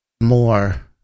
more